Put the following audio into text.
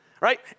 right